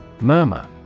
Murmur